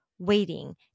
waiting